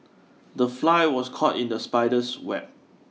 the fly was caught in the spider's web